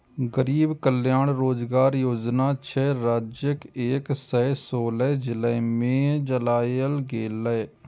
गरीब कल्याण रोजगार योजना छह राज्यक एक सय सोलह जिला मे चलायल गेलै